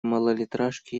малолитражке